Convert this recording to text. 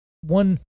one